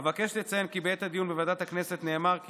אבקש לציין כי בעת הדיון בוועדת הכנסת נאמר כי